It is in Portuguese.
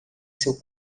seu